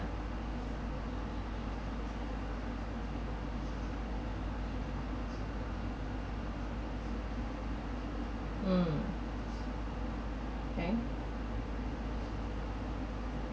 mm okay